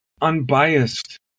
unbiased